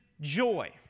joy